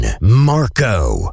marco